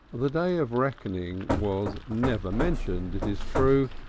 the day of reckoning was never mentioned, it is true,